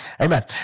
amen